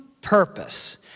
purpose